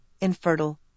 infertile